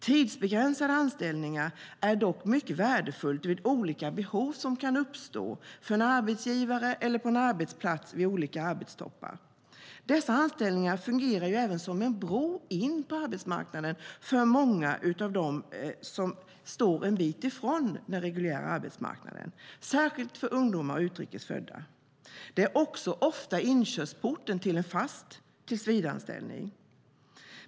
Tidsbegränsade anställningar är dock mycket värdefulla när det uppstår olika behov hos en arbetsgivare eller på en arbetsplats vid olika arbetstoppar. Dessa anställningar fungerar även som en bro in på arbetsmarknaden för många av dem som står en bit ifrån den reguljära arbetsmarknaden. Det gäller särskilt ungdomar och utrikes födda. De är också ofta inkörsporten till en fast tillsvidareanställning.